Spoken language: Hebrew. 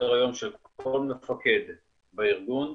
היום של כל מפקד בארגון,